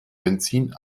benzin